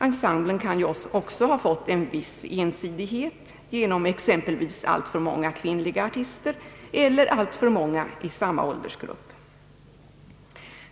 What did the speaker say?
Ensemblen kan också ha fått en viss ensidighet genom exempelvis alltför många kvinnliga artister eller alltför många i samma åldersgrupp.